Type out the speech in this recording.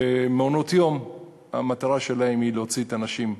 שמעונות-יום המטרה שלהם היא להוציא את הנשים,